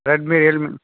Redmi